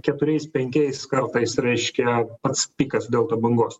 keturiais penkiais kartais reiškia pats pikas delta bangos